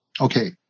Okay